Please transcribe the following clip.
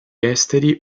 esteri